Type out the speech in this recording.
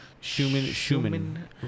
Schumann